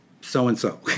so-and-so